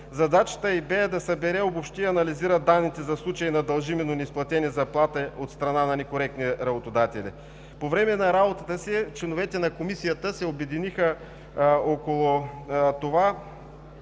Задачата й бе да събере, обобщи и анализира данните за случаи на дължими, но неизплатени заплати от страна на некоректни работодатели. По време на работата си членовете на Комисията се обединиха, на